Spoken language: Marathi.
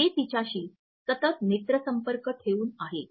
ते तिच्याशी सतत नेत्र संपर्क ठेवून आहेत